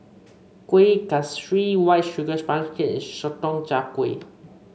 Kuih Kaswi White Sugar Sponge Cake Sotong Char Kway